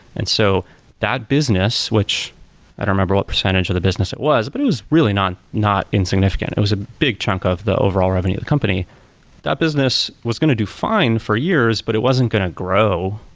and so that business, which i don't remember what percentage of the business it was, but it was really not not insignificant. it was a big chunk of the overall revenue company that business was going to do fine for years, but it wasn't going to grow,